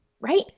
Right